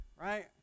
right